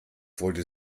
wollte